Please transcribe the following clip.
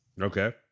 Okay